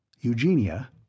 Eugenia